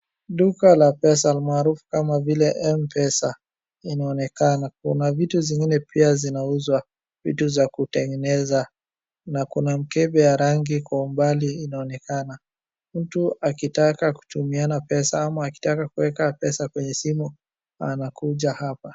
Duka la pesa almaarufu kama M pesa inaonekana. Kuna vitu zingine pia zinauzwa. Vitu za kutengeneza. Na kuna mkebe ya rangi pia inaonekana. Mtu akitaka kutumiana pesa ama akitaka kuweka pesa kwa simu anakuja hapa.